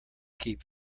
keep